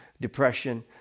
depression